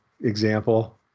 example